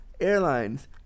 airlines